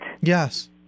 Yes